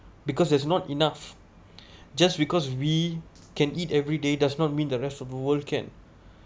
because there's not enough just because we can eat every day does not mean the rest of the world can